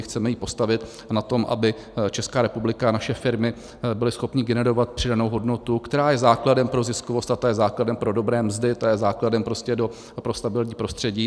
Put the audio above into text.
Chceme ji postavit na tom, aby Česká republika, naše firmy byly schopny generovat přidanou hodnotu, která je základem pro ziskovost, a to je základem pro dobré mzdy, to je základem prostě pro stabilní prostředí.